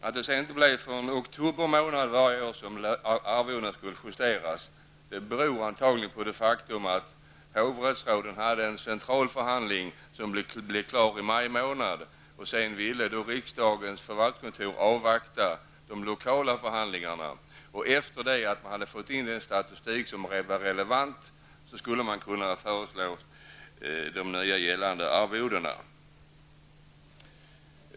Att det sedan inte blev förrän i oktober månad varje år som arvodena skulle justeras beror antagligen på att hovrättsråden hade en central förhandling som blev klar i maj månad. Sedan ville riksdagens förvaltningskontor avvakta de lokala förhandlingarna. Efter det att man hade fått in den statistik som var relevant skulle man kunna föreslå de nya arvoden som skulle gälla.